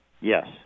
Yes